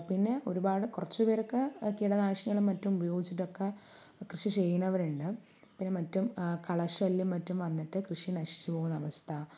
പിന്നെ ഒരുപാട് കുറച്ചു പേരൊക്കെ കീടനാശിനികളും മറ്റും ഉപയോഗിച്ചിട്ടൊക്കെ കൃഷി ചെയ്യുന്നവരുണ്ട് പിന്നെ മറ്റും കളശല്യം മറ്റും വന്നിട്ട് കൃഷി നശിച്ചു പോകുന്ന അവസ്ഥ